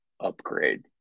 upgrade